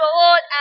Lord